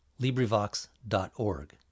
LibriVox.org